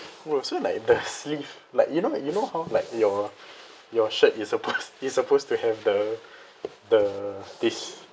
no so like the sleeve like you know you know how like your your shirt is supposed is supposed to have the the this